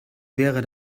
wäre